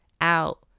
out